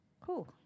Cool